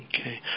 Okay